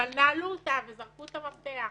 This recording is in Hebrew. אבל נעלו אותה וזרקו את המפתח,